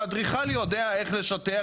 האדריכל יודע איך לשטח,